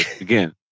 again